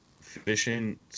fishing